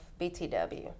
BTW